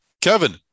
Kevin